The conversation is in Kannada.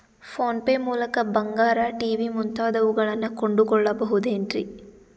ಫೋನ್ ಪೇ ಮೂಲಕ ಬಂಗಾರ, ಟಿ.ವಿ ಮುಂತಾದವುಗಳನ್ನ ಕೊಂಡು ಕೊಳ್ಳಬಹುದೇನ್ರಿ?